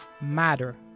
matter